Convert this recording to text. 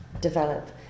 develop